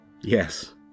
Yes